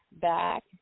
back